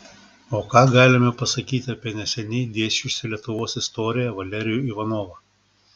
o ką galime pasakyti apie neseniai dėsčiusį lietuvos istoriją valerijų ivanovą